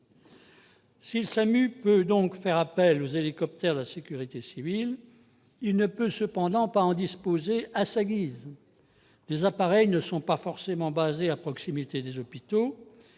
Si le SAMU peut faire appel aux hélicoptères de la sécurité civile, il ne peut cependant en disposer à sa guise. Les appareils ne sont pas forcément basés à proximité des hôpitaux.